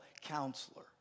counselor